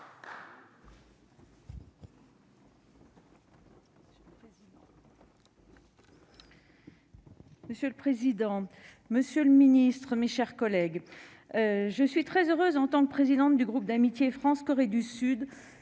Monsieur le président, monsieur le ministre, mes chers collègues, je suis très heureuse, en tant que présidente du groupe d'amitié France-Corée du Sud,